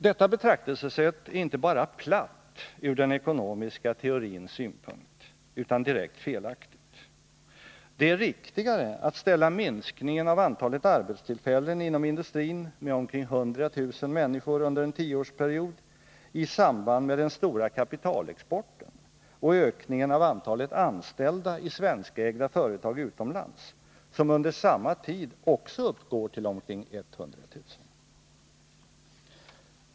Detta betraktelsesätt är inte bara platt ur den ekonomiska teorins synpunkt utan direkt felaktigt. Det är riktigare att ställa minskningen av antalet arbetstillfällen inom industrin med omkring 100 000 människor under en tioårsperiod i samband med den stora kapitalexporten och ökningen av antalet anställda i svenskägda företag utomlands, som under samma tid också uppgår till omkring 100 000.